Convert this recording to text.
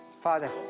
Father